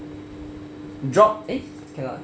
drop eh cannot